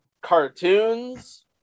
cartoons